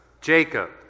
Jacob